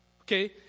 Okay